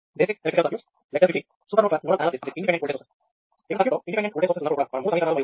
ఇక్కడ సర్క్యూట్లో independent voltage sources ఉన్నప్పుడు కూడా మనం మూడు సమీకరణాలు మరియు మూడు వేరియబుల్స్ లో ఎలా రాయాలో చూసాము